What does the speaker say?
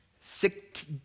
Sick